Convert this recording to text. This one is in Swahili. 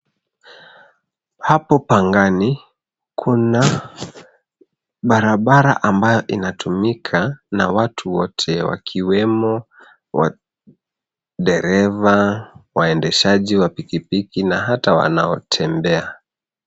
Hapo Pangani, kuna barabara ambayo inatumika na watu wote wakiwemo wadereva, waendeshaji wa pikipiki na hata wanaotembea.